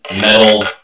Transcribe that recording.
metal